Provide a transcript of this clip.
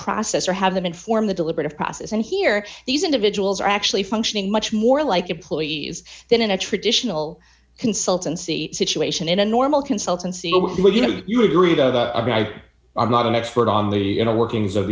process or have them inform the deliberative process and here these individuals are actually functioning much more like employees than in a traditional consultancy situation in a normal consultancy all of the you know you would read a i'm not an expert on the inner workings of